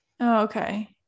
Okay